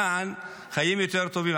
למען חיים יותר טובים.